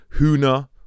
HUNA